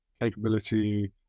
capability